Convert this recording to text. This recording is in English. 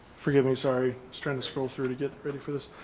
forgive me sorry, strength, scroll through to get ready for this.